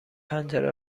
پنجره